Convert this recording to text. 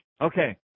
Okay